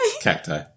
cacti